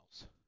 else